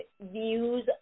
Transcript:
views